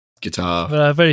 guitar